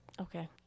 Okay